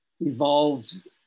evolved